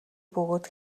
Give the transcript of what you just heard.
бөгөөд